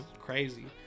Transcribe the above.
crazy